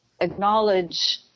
acknowledge